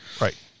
Right